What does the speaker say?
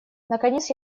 наконец